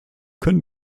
können